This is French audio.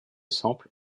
sample